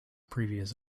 previous